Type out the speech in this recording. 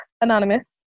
anonymous